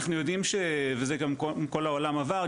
אנחנו יודעים וזה גם כל העולם עבר,